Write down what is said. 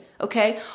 Okay